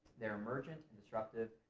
they're emergent, and disruptive,